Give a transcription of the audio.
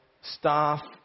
staff